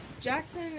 jackson